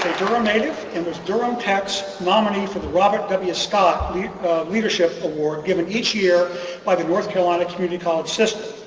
durham native and was durham tech's nominee for the robert w, scott the leadership award given each year by the north carolina community college system.